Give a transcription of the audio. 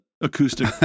acoustic